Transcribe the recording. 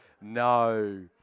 no